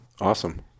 Awesome